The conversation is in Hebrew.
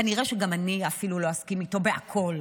כנראה שגם אני אפילו לא אסכים איתו בכול.